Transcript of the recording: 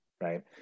right